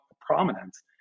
prominence